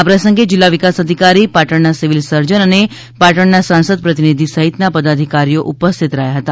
આ પ્રસંગે જીલ્લા વિકાસ અધિકારી પાટણના સિવિલ સર્જન અને પાટણના સાંસદ પ્રતિનિધિ સહિત ના પદાધિકારીઓ ઉપસ્થિત રહ્યા હતા